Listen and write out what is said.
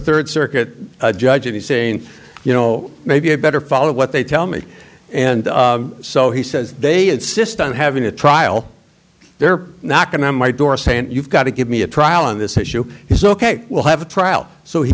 third circuit judge me saying you know maybe i better follow what they tell me and so he says they insist on having a trial they're knocking on my door saying you've got to give me a trial on this issue is ok we'll have a trial so he